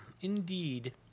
indeed